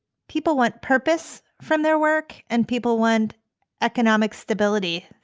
people want purpose from their work. and people want economic stability.